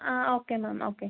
ആ okay ma'am okay